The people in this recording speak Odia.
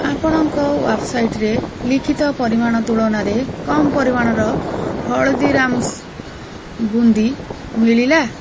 ଆପଣଙ୍କ ୱେବ୍ସାଇଟ୍ରେ ଲିଖିତ ପରିମାଣ ତୁଳନାରେ କମ୍ ପରିମାଣର ହଳଦୀରାମ୍ସ୍ ବୁନ୍ଦି ମିଳିଲା